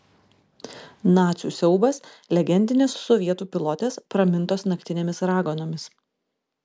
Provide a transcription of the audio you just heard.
nacių siaubas legendinės sovietų pilotės pramintos naktinėmis raganomis